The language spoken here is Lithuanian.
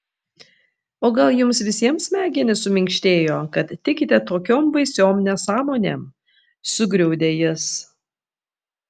o gal jums visiems smegenys suminkštėjo kad tikite tokiom baisiom nesąmonėm sugriaudė jis